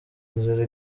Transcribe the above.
nzira